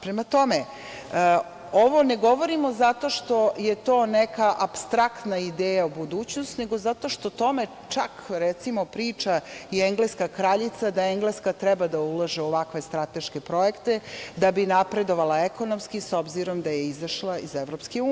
Prema tome, ovo ne govorimo zato što je to neka apstraktna ideja u budućnosti, nego zato što o tome priča i engleska kraljica, da Engleska treba da ulaže u ovakve strateške projekte da bi napredovala ekonomski, s obzirom da je izašla iz EU.